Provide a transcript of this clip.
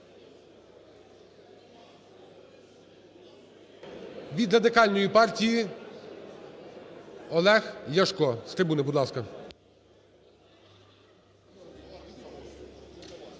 Від Радикальної партії Олег Ляшко. З трибуни, будь ласка.